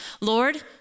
Lord